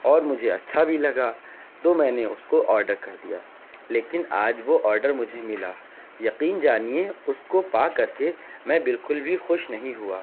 اور مجھے اچھا بھی لگا تو میں نے اس کو آڈر کر دیا لیکن آج وہ آڈر مجھے ملا یقین جانیے اس کو پا کر کے میں بالکل بھی خوش نہیں ہوا